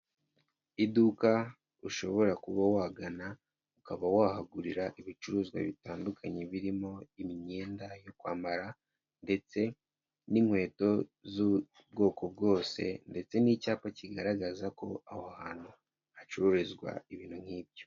Iduka ushobora kuba wagana, ukaba wahagurira ibicuruzwa bitandukanye birimo imyenda yo kwambara ndetse n'inkweto z'ubwoko bwose ndetse n'icyapa kigaragaza ko aho hantu hacururizwa ibintu nk'ibyo.